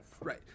Right